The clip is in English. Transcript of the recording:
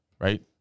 right